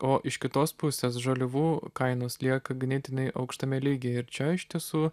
o iš kitos pusės žaliavų kainos lieka ganėtinai aukštame lygyje ir čia iš tiesų